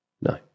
No